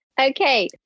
Okay